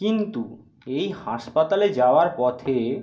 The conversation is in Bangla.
কিন্তু এই হাসপাতালে যাওয়ার পথে